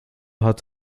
hat